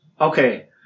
Okay